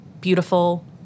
beautiful